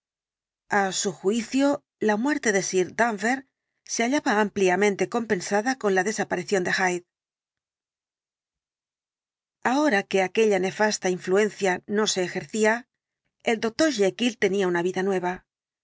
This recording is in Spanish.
a su juicio la muerte de sir danvers se hallaba ampliamente compensada con la desaparición de hyde ahora que aquella nefasta influencia no se ejercía el doctor jekyll tenía una vida nueva